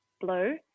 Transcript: blue